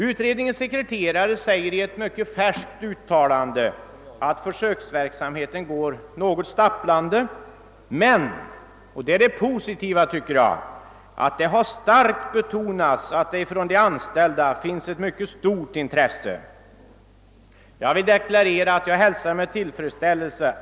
Utredningens sekreterare säger i ett färskt uttalande, att försöksverksamheten går något stapplande men — och det tycker jag är positivt — att de anställda visar ett mycket stort intresse för den. Jag hälsar alla framsteg på detta område med tillfredsställelse.